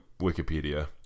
Wikipedia